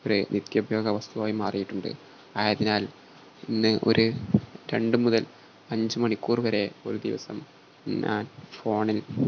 ഒരു നിത്യോപയോഗ വസ്തുവായി മാറിയിട്ടുണ്ട് അതിനാൽ ഇന്ന് ഒരു രണ്ട് മുതൽ അഞ്ച് മണിക്കൂർ വരെ ഒരു ദിവസം ഞാൻ ഫോണിൽ